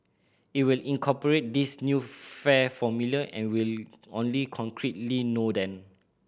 it will incorporate this new fare formula and we only concretely know then